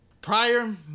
Prior